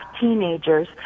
teenagers